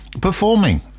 performing